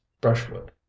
brushwood